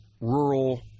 rural